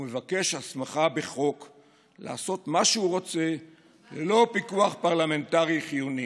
הוא מבקש הסמכה בחוק לעשות מה שהוא רוצה ללא פיקוח פרלמנטרי חיוני.